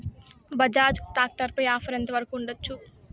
Bajaj tractor పై offer ఎంత వరకు ఉండచ్చు?